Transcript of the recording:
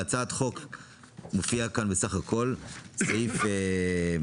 בהצעת החוק מופיע כאן סעיף 36,